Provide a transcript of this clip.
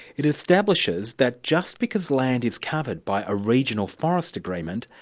it establishes that just because land is covered by a regional forest agreement,